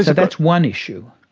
that's one issue.